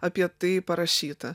apie tai parašyta